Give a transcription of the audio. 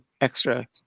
extra